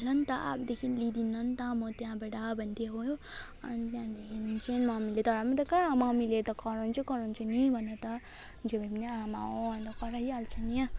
ल न त अबदेखिन् लिदिनँ नि त म त्यहाँबाट भन्दिएँ हो अनि त्याँदेखिन् चाहिँ मम्मीले तर पनि त कहाँ मम्मीले त कराउँछै कराउँछ नि भनेर जे भए नि आमा हो अनि त कराइहाल्छ नि